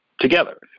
together